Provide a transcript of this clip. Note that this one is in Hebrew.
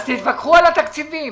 אז תתווכחו על התקציבים.